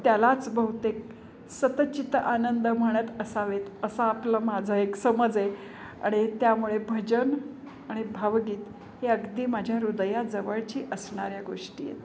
त्यालाच बहुतेक सत् चित् आनंद म्हणत असावेत असा आपलं माझा एक समज आहे आणि त्यामुळे भजन आणि भावगीत हे अगदी माझ्या हृदयाजवळची असणाऱ्या गोष्टी आहेत